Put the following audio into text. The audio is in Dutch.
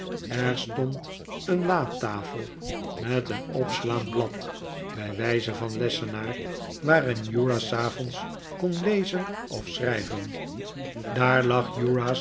er stond een latafel met een opslaand blad bij wijze van lessenaar waaraan uriah s avonds kon lezen of schrijven daar lag